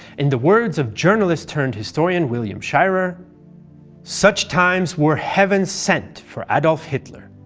in the words of journalist-turned-historian william shirer such times were heaven-sent for adolf hitler.